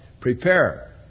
prepare